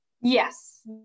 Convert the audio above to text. Yes